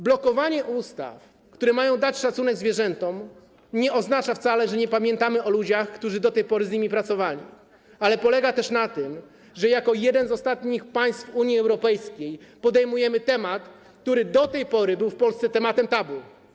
Blokowanie ustaw, które mają zapewnić szacunek zwierzętom, nie oznacza wcale, że nie pamiętamy o ludziach, którzy do tej pory z nimi pracowali, ale polega też na tym, że jako jedno z ostatnich państw Unii Europejskiej podejmujemy temat, który do tej pory był w Polsce tematem tabu.